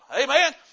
Amen